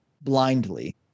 blindly